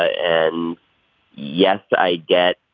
and yes i get